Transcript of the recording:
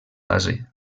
base